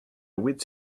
wits